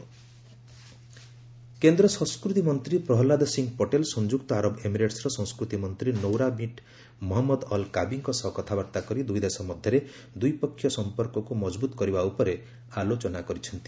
India UAE କେନ୍ଦ୍ର ସଂସ୍କୃତି ମନ୍ତ୍ରୀ ପ୍ରହଲାଦ ସିଂହ ପଟେଲ ସଂଯୁକ୍ତ ଆରବ ଏମିରେଟ୍ର ସଂସ୍କୃତି ମନ୍ତ୍ରୀ ନୌରା ବିଣ୍ଟ୍ ମହଞ୍ଜଦ ଅଲ୍ କାବିଙ୍କ ସହ କଥାବାର୍ତ୍ତା କରି ଦୁଇ ଦେଶ ମଧ୍ୟରେ ଦ୍ୱିପକ୍ଷିୟ ସଂପର୍କକୁ ମଜବୁତ କରିବା ଉପରେ ଆଲୋଚନା କରିଛନ୍ତି